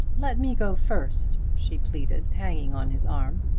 let me go first, she pleaded, hanging on his arm.